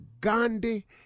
Gandhi